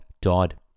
died